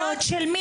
משמרות של מי?